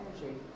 energy